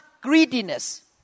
greediness